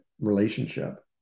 relationship